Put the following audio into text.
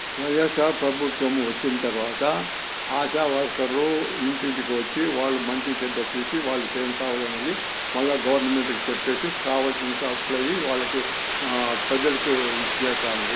వైఎస్ఆర్ ప్రభుత్వం వచ్చిన తరువాత ఆశా వర్కర్లు ఇంటింటికి వచ్చి వాళ్ళు మంచిచెడ్డ చూసి వాళ్ళకేమి కావాలి అనేది మళ్ళీ గవర్నమెంట్కి చెప్పేసి కావలసిన సప్లై వాళ్ళకి ప్రజలకి ఇచ్చేస్తూ ఉంది